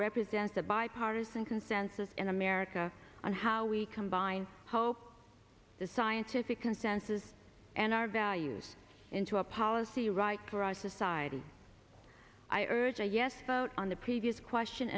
represents a bipartisan consensus in america on how we combine hope the scientific consensus and our values into a policy right for our society i urge a yes vote on the previous question